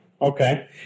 Okay